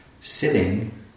Sitting